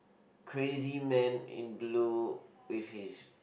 crazy man in blue with his